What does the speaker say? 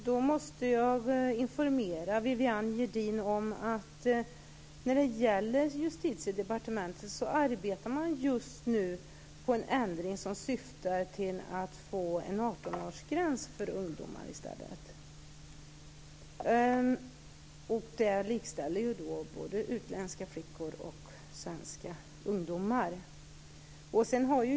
Då måste jag informera Viviann Gerdin om att man i Justitiedepartementet just nu arbetar med en ändring som syftar till att få en 18-årsgräns för äktenskap. Där likställs utländska flickor och svenska ungdomar.